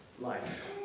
life